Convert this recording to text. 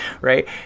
right